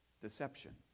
deception